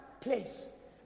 place